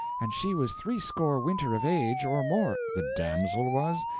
and she was threescore winter of age or more the damsel was?